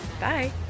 Bye